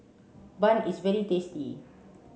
bun is very tasty